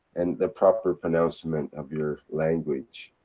and the proper pronouncement of your language.